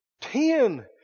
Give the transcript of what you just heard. ten